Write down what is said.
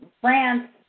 France